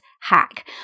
hack